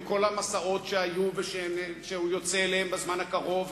עם כל המסעות שהיו ושהוא יוצא אליהם בזמן הקרוב,